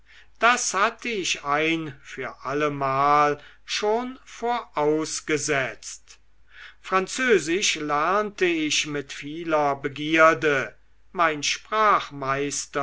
das hatte ich ein für allemal schon vorausgesetzt französisch lernte ich mit vieler begierde mein